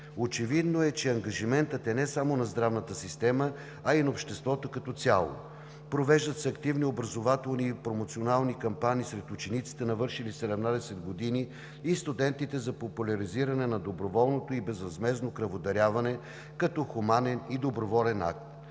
Очевидно е, че ангажиментът е не само на здравната система, а и на обществото като цяло. Провеждат се активни образователни и промоционални кампании сред учениците, навършили 17 години, и студентите за популяризиране на доброволното и безвъзмездното кръводаряване като хуманен и доброволен акт.